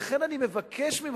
לכן אני מבקש ממך,